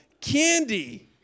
candy